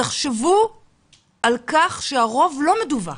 תחשבו על כך שהרוב לא מדווח.